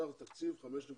סך התקציב 5.5